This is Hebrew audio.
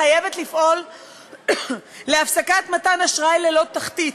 חייב לפעול להפסקת מתן אשראי ללא תחתית.